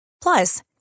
Plus